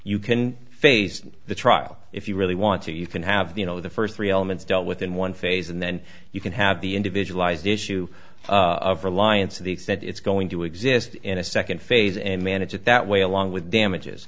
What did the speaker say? you can face the trial if you really want to you can have the you know the first three elements dealt with in one phase and then you can have the individualized issue of reliance to the extent it's going to exist in a second phase and manage it that way along with